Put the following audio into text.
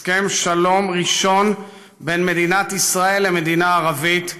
הסכם שלום ראשון בין מדינת ישראל למדינה ערבית,